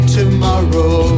tomorrow